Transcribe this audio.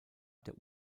der